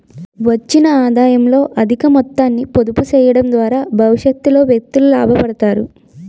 వచ్చిన ఆదాయంలో అధిక మొత్తాన్ని పొదుపు చేయడం ద్వారా భవిష్యత్తులో వ్యక్తులు లాభపడతారు